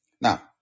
Now